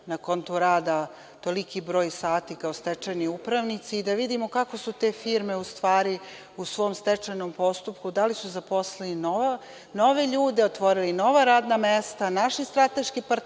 na konto rada toliki broj sati kao stečajni upravnici i da vidimo kako su te firme u stvari u svom stečajnom postupku, da li su zaposlili nove ljude, otvorili nova radna mesta, našli strateške partnere